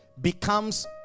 becomes